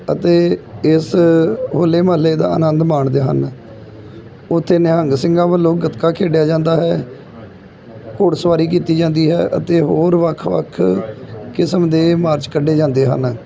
ਅਤੇ ਇਸ ਹੋਲੇ ਮਹੱਲੇ ਦਾ ਆਨੰਦ ਮਾਣਦੇ ਹਨ ਉੱਥੇ ਨਿਹੰਗ ਸਿੰਘਾਂ ਵੱਲੋਂ ਗਤਕਾ ਖੇਡਿਆ ਜਾਂਦਾ ਹੈ ਘੋੜਸਵਾਰੀ ਕੀਤੀ ਜਾਂਦੀ ਹੈ ਅਤੇ ਹੋਰ ਵੱਖ ਵੱਖ ਕਿਸਮ ਦੇ ਮਾਰਚ ਕੱਢੇ ਜਾਂਦੇ ਹਨ